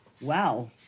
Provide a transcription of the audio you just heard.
Wow